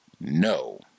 no